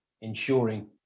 ensuring